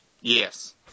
Yes